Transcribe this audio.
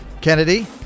Kennedy